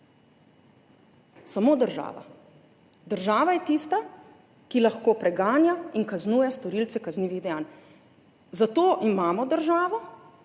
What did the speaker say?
Samo država. Država je tista, ki lahko preganja in kaznuje storilce kaznivih dejanj. Zato imamo državo,